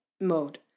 mode